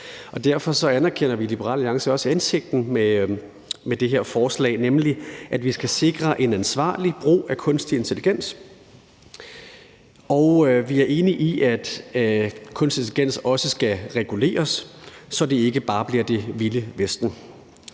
Derfor anerkender vi i Liberal Alliance også hensigten med det her forslag, nemlig at vi skal sikre en ansvarlig brug af kunstig intelligens. Vi er enige i, at kunstig intelligens også skal reguleres, så det ikke bare bliver det vilde vesten.